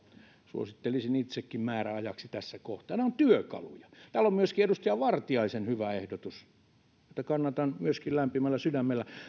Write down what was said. suosittelisin itsekin määräajaksi tässä kohtaa nämä ovat työkaluja täällä on myöskin edustaja vartiaisen hyvä ehdotus jota myöskin kannatan lämpimällä sydämellä